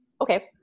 okay